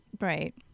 Right